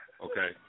Okay